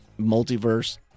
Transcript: multiverse